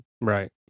Right